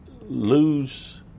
lose